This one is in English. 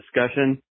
discussion